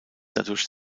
dadurch